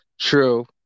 True